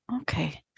Okay